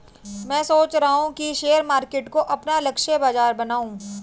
मैं सोच रहा हूँ कि शेयर मार्केट को अपना लक्ष्य बाजार बनाऊँ